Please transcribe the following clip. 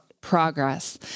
progress